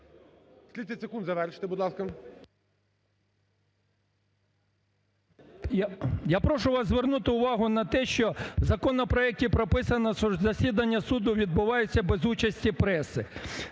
Я прошу вас звернути увагу на те, що ми в законопроекті прописано, що засідання суду відбувається без участі преси,